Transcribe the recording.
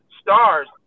stars